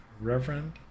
Reverend